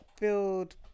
build